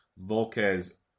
Volquez